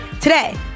Today